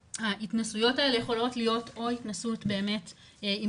ההתנסויות האלה יכולות להיות או התנסות באמת עם